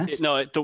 No